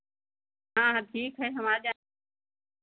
हाँ हाँ ठीक है हम आ जाएंगे